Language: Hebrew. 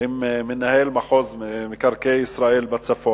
ועם מנהל מחוז צפון